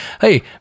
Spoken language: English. Hey